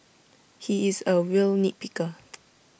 he is A real nit picker